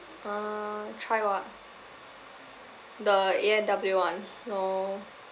uh try what the A and W [one] oh